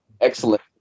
Excellent